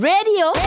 Radio